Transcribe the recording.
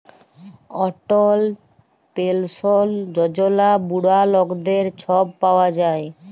অটল পেলসল যজলা বুড়া লকদের ছব পাউয়া যায়